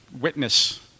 witness